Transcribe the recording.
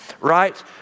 right